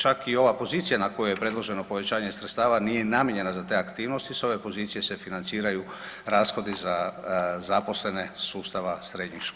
Čak i ova pozicija na koje je predloženo povećanje sredstava nije namijenjena za te aktivnosti, s ove pozicije se financiraju rashodi za zaposlene sustava srednjih škola.